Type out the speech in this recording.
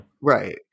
Right